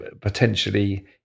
potentially